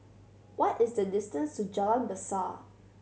what is the distance to Jalan Besar